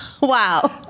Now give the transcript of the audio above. Wow